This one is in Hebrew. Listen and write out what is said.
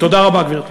תודה רבה, גברתי.